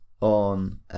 on